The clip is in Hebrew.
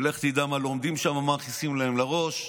לך תדע מה לומדים שם, ומה מכניסים להם לראש,